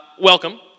welcome